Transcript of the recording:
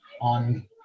on